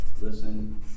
Listen